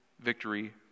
victory